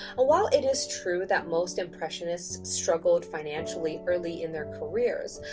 while it is true that most impressionists struggled financially early in their careers,